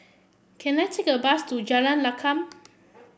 can I take a bus to Jalan Lakum